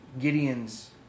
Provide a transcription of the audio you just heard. Gideon's